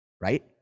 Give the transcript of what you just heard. right